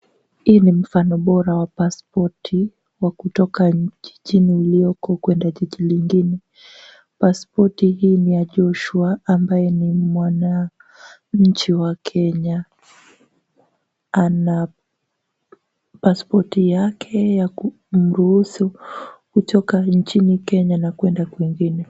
Hii ni mfano bora wa pasipoti wa kutoka jijini ulioko kuenda jiji lingine. Pasipoti hii ni ya Joshua ambaye ni mwananchi wa Kenya. Ana pasipoti yake ya kumruhusu kutoka nchini Kenya na kwenda kwingine.